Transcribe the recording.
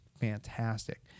fantastic